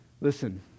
Listen